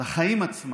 לחיים עצמם,